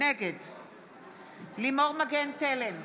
נגד לימור מגן תלם,